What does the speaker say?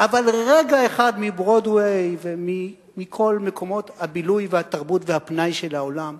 אבל רגע אחד מברודווי ומכל מקומות הבילוי והתרבות והפנאי של העולם.